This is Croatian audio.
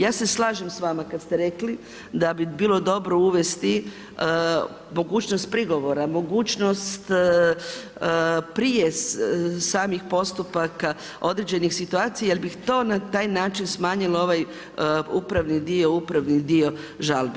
Ja se slažem s vama kada ste rekli da bi bilo dobro uvesti mogućnost prigovora, mogućnost prije samih postupaka određenih situacija jer bi to na taj način smanjilo ovaj upravni dio, upravni dio žalbi.